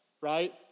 Right